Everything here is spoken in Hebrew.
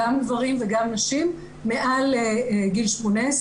גם גברים וגם נשים מעל גיל 18,